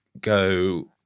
go